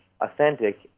authentic